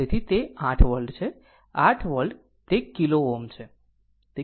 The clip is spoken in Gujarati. તેથી તે 8 વોલ્ટ છે 8 વોલ્ટ તે કિલો Ω છે